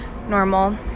normal